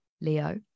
Leo